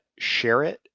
Shareit